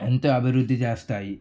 ఎంతో అభివృద్ధి చేస్తాయి